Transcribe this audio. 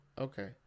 Okay